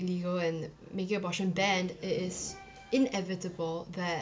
illegal and making abortion banned it is inevitable that